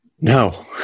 No